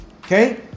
okay